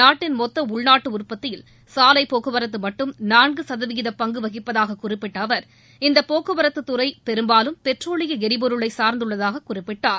நாட்டின் மொத்த உள்நாட்டு உற்பத்தியில் சாலை போக்குவரத்து மட்டும் நான்கு சதவீத பங்கு வகிப்பதாக குறிப்பிட்ட அவர் இந்தப் போக்குவரத்துறை பெரும்பாலும் பெட்ரோலிய எரிபொருளை சார்ந்துள்ளதாக குறிப்பிட்டார்